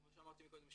כמו שאמרתי קודם,